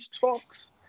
talks